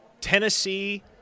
Tennessee